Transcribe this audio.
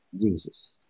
Jesus